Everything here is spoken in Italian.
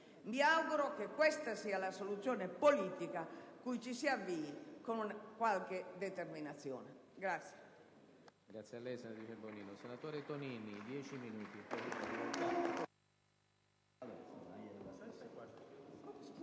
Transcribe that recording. Mi auguro che questa sia la soluzione politica verso cui ci si avvii con qualche determinazione